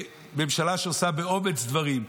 ממשלה שעושה באומץ דברים.